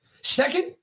Second